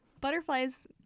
Butterflies